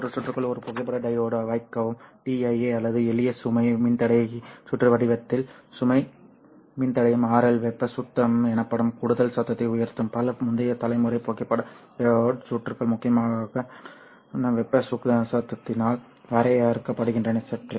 ஒரு சுற்றுக்குள் ஒரு புகைப்பட டையோடு வைக்கவும் TIA அல்லது எளிய சுமை மின்தடை சுற்று வடிவத்தில் சுமை மின்தடையம் RL வெப்ப சத்தம் எனப்படும் கூடுதல் சத்தத்தை உயர்த்தும் பல முந்தைய தலைமுறை புகைப்பட டையோடு சுற்றுகள் முக்கியமாக வெப்ப சத்தத்தால் வரையறுக்கப்படுகின்றன சுற்று